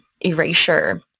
erasure